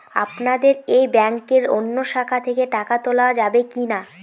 আপনাদের এই ব্যাংকের অন্য শাখা থেকে টাকা তোলা যাবে কি না?